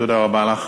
תודה רבה לך.